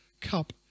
cup